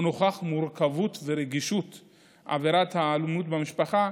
ונוכח מורכבותה ורגישותה של עבירת האלימות במשפחה,